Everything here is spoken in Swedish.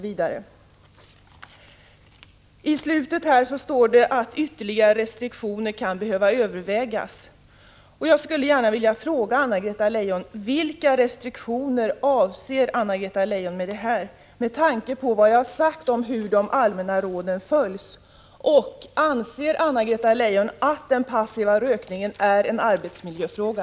I slutet av svaret står det att ytterligare restriktioner kan behöva övervägas. Jag skulle vilja fråga Anna-Greta Leijon: Vilka restriktioner avses, med tanke på vad jag har sagt om hur de allmänna råden följs? Anser Anna-Greta Leijon att den passiva rökningen är en arbetsmiljöfråga?